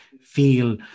feel